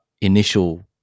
initial